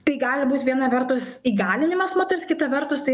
tai gali būt viena vertus įgalinimas moters kita vertus tai